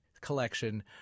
collection